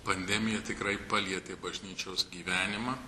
pandemija tikrai palietė bažnyčios gyvenimą